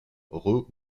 roh